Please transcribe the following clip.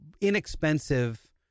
inexpensive